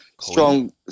Strong